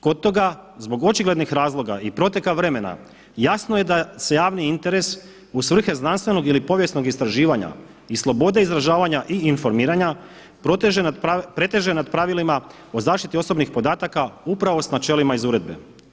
Kod toga zbog očiglednih razloga i proteka vremena jasno je da se javni interes u svrhe znanstvenog ili povijesnog istraživanja i slobode izražavanja i informiranja preteže nad pravilima o zaštiti osobnih podataka u pravo s načelima iz uredbe.